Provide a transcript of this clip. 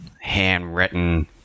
handwritten